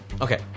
Okay